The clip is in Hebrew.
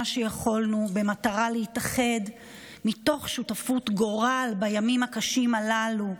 שיכולנו במטרה להתאחד מתוך שותפות גורל בימים הקשים הללו,